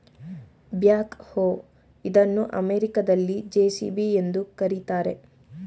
back ಹೋ ಇದನ್ನು ಅಮೆರಿಕದಲ್ಲಿ ಜೆ.ಸಿ.ಬಿ ಎಂದು ಕರಿತಾರೆ